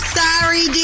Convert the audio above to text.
sorry